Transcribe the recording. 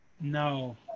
No